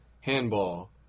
Handball